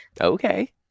Okay